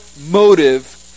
motive